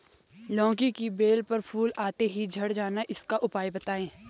लौकी की बेल पर फूल आते ही झड़ जाना इसका उपाय बताएं?